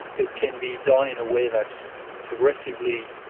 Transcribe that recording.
it can be done in a way that's progressively,